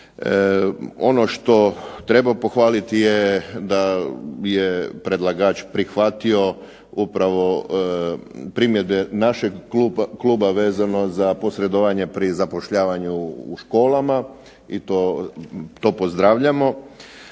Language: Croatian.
Ono što treba pohvaliti je da je predlagač prihvatio upravo primjedbe našeg kluba vezano za posredovanje pri zapošljavanju u školama i to pozdravljamo.